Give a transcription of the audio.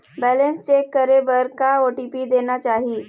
Balance check करे बर का ओ.टी.पी देना चाही?